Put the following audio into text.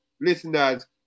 listeners